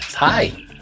Hi